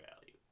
value